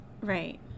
Right